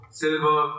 silver